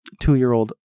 two-year-old